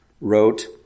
wrote